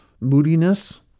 moodiness